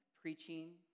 preaching